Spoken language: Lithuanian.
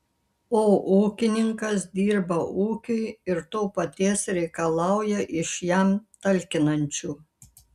o ūkininkas dirba ūkiui ir to paties reikalauja iš jam talkinančių